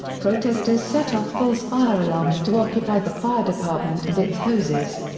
protesters set off false fire alarms to occupy the fire department and its hoses.